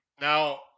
Now